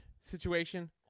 situation